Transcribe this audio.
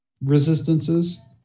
resistances